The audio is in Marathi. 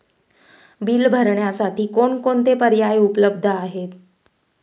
बिल भरण्यासाठी कोणकोणते पर्याय उपलब्ध आहेत?